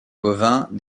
bovins